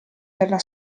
della